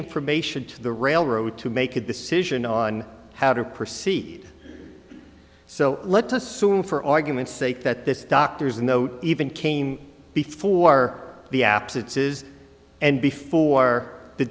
information to the railroad to make a decision on how to proceed so let's assume for argument's sake that this doctor's note even came before the apps it says and before the